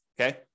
okay